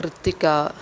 Krithika